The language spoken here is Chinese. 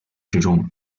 之中